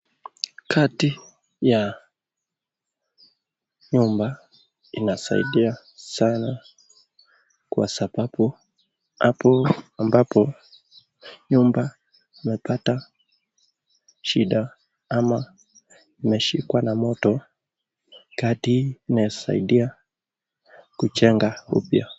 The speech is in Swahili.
Kati ya nyumba inasaidia sana kwa sababu hapo ambapo nyumba inapata shida ama imeshikwa na moto Kati inasaidia kujenga upya.